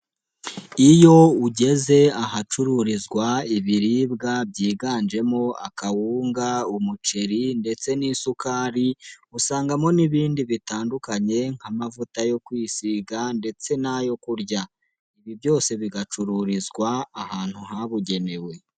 Iyo ugeze ahacururizwa ibiribwa byiganjemo akawunga, umuceri ndetse n'isukari usangamo n'ibindi bitandukanye nk'amavuta yo kwisiga ndetse n'ayo kurya. Ibi byose bigacururizwa ahantu habugenewe.